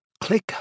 click